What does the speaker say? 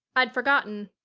i'd forgotten.